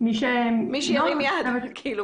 אני כאן.